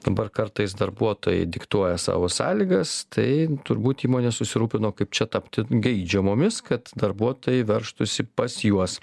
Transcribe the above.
dabar kartais darbuotojai diktuoja savo sąlygas tai turbūt įmonės susirūpino kaip čia tapti geidžiamomis kad darbuotojai veržtųsi pas juos